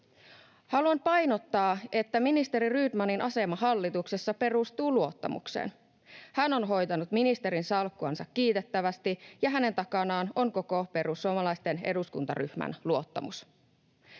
Haluan painottaa, että ministeri Rydmanin asema hallituksessa perustuu luottamukseen. Hän on hoitanut ministerinsalkkuansa kiitettävästi, ja hänen takanaan on koko perussuomalaisten eduskuntaryhmän luottamus.